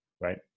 right